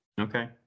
okay